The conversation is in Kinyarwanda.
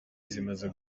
zimaze